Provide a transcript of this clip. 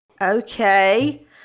Okay